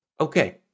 Okay